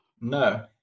No